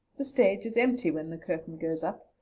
the stage is empty when the curtain goes up,